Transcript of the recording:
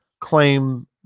claim